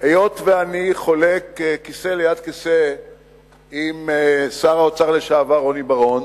היות שאני חולק כיסא ליד כיסא עם שר האוצר לשעבר רוני בר-און,